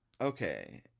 Okay